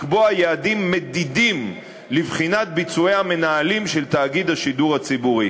לקבוע יעדים מדידים לבחינת ביצועי המנהלים של תאגיד השידור הציבורי.